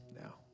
now